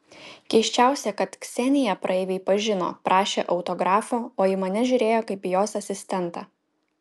keisčiausia kad kseniją praeiviai pažino prašė autografo o į mane žiūrėjo kaip į jos asistentą